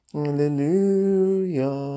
hallelujah